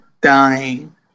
dying